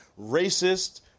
racist